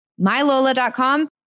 mylola.com